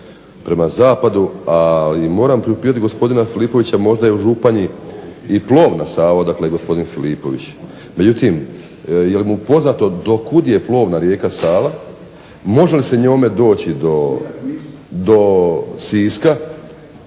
prema zapadu, a i moram priupitati gospodina Filipovića možda je u Županji i plovna Sava, odakle je gospodin Filipović. Međutim je li mu poznato dokud je plovna rijeka Sava, može li se njome doći do Siska,